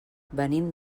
venim